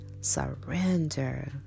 surrender